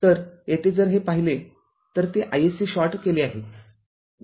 तर येथे जर हे पाहिले तर ते iSC शॉर्ट केले आहे